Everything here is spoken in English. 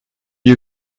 you